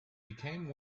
became